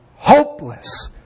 Hopeless